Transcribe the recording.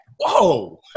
Whoa